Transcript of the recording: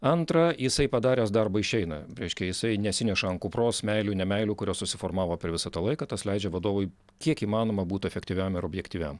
antra jisai padaręs darbą išeina reiškia jisai nesineša ant kupros meilių nemeilių kurios susiformavo per visą tą laiką tas leidžia vadovui kiek įmanoma būt efektyviam ir objektyviam